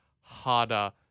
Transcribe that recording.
harder